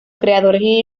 creadores